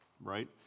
right